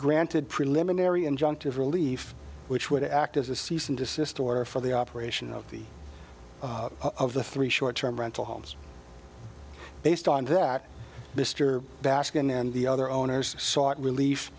granted preliminary injunctive relief which would act as a cease and desist order for the operation of the of the three short term rental homes based on that mr baskin and the other owners sought relief